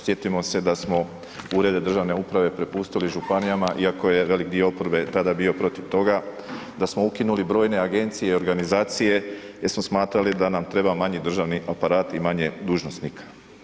Sjetimo se da smo urede državne uprave prepustili županijama iako je veliki dio oporbe tada bio protiv toga, da smo ukinuli brojne agencije i organizacije jer smo smatrali da nam treba manji državni aparat i manje dužnosnika.